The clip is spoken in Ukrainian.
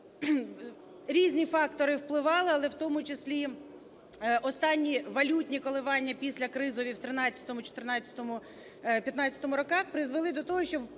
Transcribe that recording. різні фактори впливали, але в тому числі останні валютні коливання післякризові у 2013, 2014, 2015 роках призвели до того,